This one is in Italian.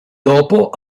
dopo